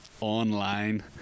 online